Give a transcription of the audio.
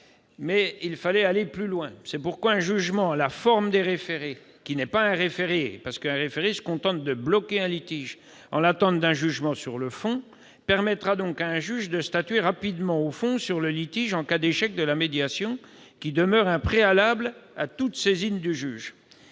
mais il fallait aller plus loin. C'est pourquoi un jugement en la forme des référés, qui n'est pas un référé- un référé se contente de bloquer un litige en l'attente d'un jugement sur le fond -, permettra à un juge de statuer rapidement au fond sur le litige en cas d'échec de la médiation, qui demeure un préalable à toute saisine du juge.